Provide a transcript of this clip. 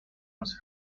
los